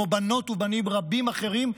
כמו בנות ובנים רבים אחרים,